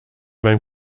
beim